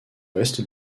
ouest